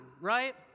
right